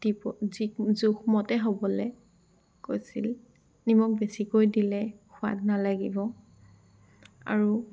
দিব যি জোখমতে হ'বলৈ কৈছিল নিমখ বেছিকৈ দিলে সোৱাদ নালাগিব আৰু